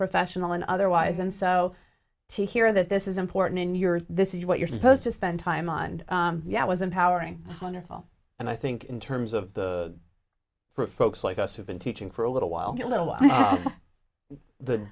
professional and otherwise and so to hear that this is important in your this is what you're supposed to spend time on and yeah i was empowering wonderful and i think in terms of the folks like us who've been teaching for a little while